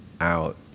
out